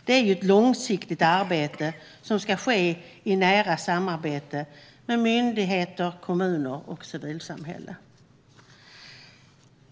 Det är ett långsiktigt arbete som ska ske i nära samarbete mellan myndigheter, kommuner och civilsamhälle.